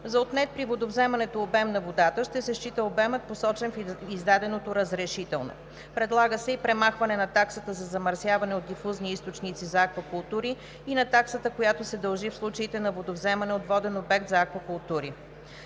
За отнет при водовземането обем на водата ще се счита обемът, посочен в издаденото разрешително. Предлага се премахване на таксата за замърсяване от дифузни източници за аквакултури и на таксата, която се дължи в случаите на водовземане от воден обект за аквакултури.